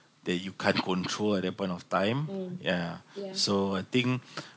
that you can't control at that point of time ya so I think